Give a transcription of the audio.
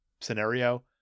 scenario